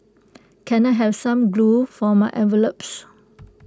can I have some glue for my envelopes